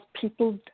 people